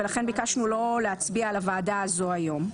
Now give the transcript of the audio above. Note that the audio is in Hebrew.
ולכן ביקשנו לא להצביע על הוועדה הזו היום.